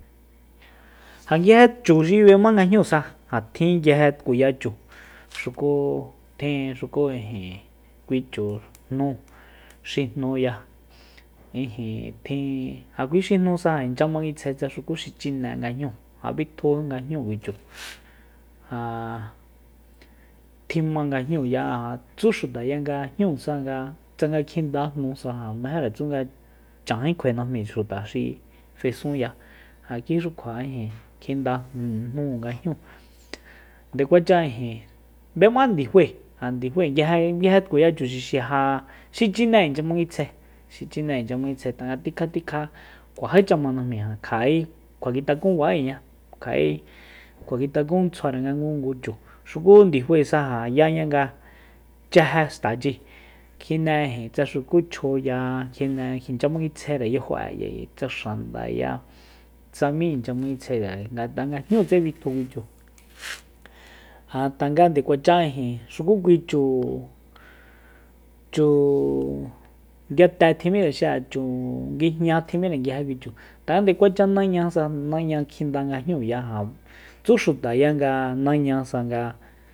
Ja nguije chu xi b'emá nga jnúusa ja tjin nguije tkuya chu xuku ijin xukú ijin kui chu jnú xijnuya ijin tjin ja kui xijnúsa inchya manguisjae tsa xuku xi chine nga jnúu ja bitju nga jñúu kui chu ja tjima nga jnúuya ja tsú xutaya nga jnúusa nga tsanga kjinda jnúsa ja mejere tsu nga chanjí kjuae najmí xuta xi fesunya ja kuixu kjua kjinda jnu nga jñúu nde kuacha ijin b'emá ndifae ja ndifae nguije tkuya chuxixi ja xi chine inchya manguitsjae xi chine inchya manguitsjae tanga tikja tikja kuajícha ma najmíi kja'é kjuakitakun ba'éña kja'e kjuakitakun tsjuare nga ngungu chu xuku ndifaesa ja yaña nga chijé xtachi kjine ijin tsa xukú chjoya kjine ijin inchya manguitsjaere yajo'e tsa xandaya tsa mí inchya manguitsjaere ngat'a nga jñutse bitju kui chu ja tanga nde kuachá ijin xuku kui chu- chu ndiyate tjim'íre xi'a chu nguijña tji'mire nguije kui chu tanga ndekuacha nañasa naña kjinda nga jñúuya ja tsú xutaya nga nañasa nga